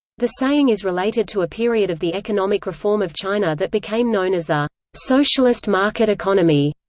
the saying is related to a period of the economic reform of china that became known as the socialist market economy.